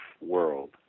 world